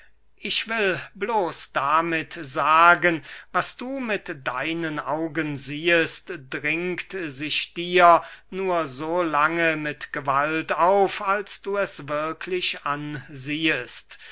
ich will bloß damit sagen was du mit deinen augen siehest dringt sich dir nur so lange mit gewalt auf als du es wirklich ansiehest